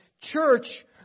Church